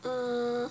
um